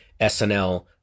SNL